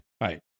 right